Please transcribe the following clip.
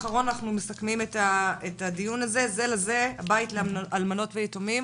זה לזה, הבית לאלמנות ויתומים.